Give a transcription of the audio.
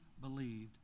believed